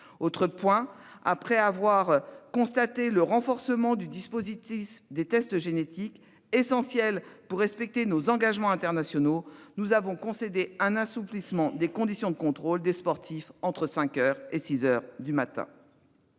cybersécurité. Après avoir constaté le renforcement du dispositif des tests génétiques, lesquels sont essentiels pour respecter nos engagements internationaux, nous avons concédé un assouplissement des conditions de contrôle des sportifs entre cinq et six heures du matin.